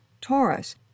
Taurus